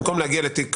במקום להגיע לתיק